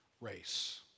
race